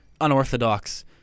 unorthodox